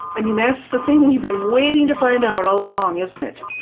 i mean that's the thing we've been waiting to find out all along, isn't it?